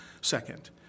second